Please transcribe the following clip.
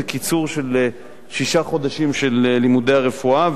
זה קיצור של שישה חודשים של לימודי הרפואה,